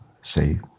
say